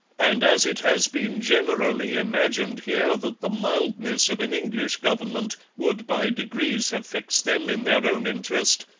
and as it has been generally imagined here that the mildness of an english government would by degrees have fixed them in their own interest,